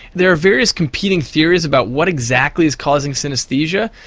there are various competing theories about what exactly is causing synesthesia,